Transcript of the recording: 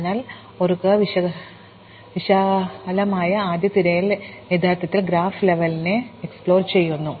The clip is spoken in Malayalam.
അതിനാൽ ഓർക്കുക വിശാലമായ ആദ്യ തിരയൽ യഥാർത്ഥത്തിൽ ഗ്രാഫ് ലെവലിനെ പര്യവേക്ഷണം ചെയ്യുന്നു